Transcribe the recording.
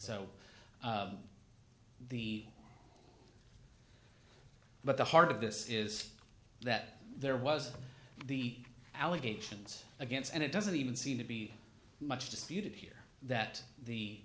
so the but the heart of this is that there was the allegations against and it doesn't even seem to be much disputed here that the